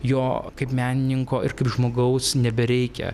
jo kaip menininko ir kaip žmogaus nebereikia